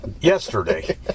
yesterday